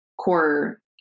core